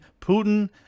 Putin